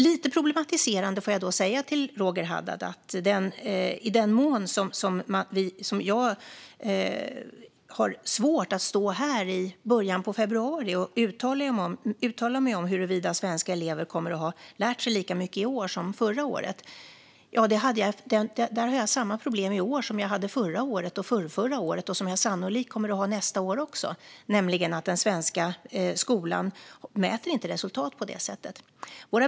Lite problematiserande får jag säga till Roger Haddad att liksom tidigare år och sannolikt även nästa år har jag svårt så här i början av februari att uttala mig om huruvida svenska elever kommer att ha lärt sig lika mycket i år som förra året. Den svenska skolan mäter inte resultat på det sättet.